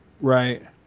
Right